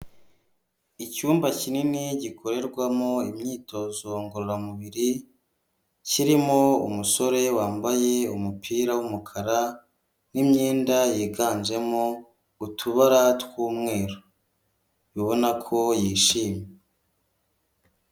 Icyumba kinini gikorerwamo imyitozo ngororamubiri kirimo umusore wambaye umupira w'umukara n'imyenda yiganjemo utubara tw'umweru ibona ko yishimye.